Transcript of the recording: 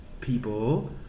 people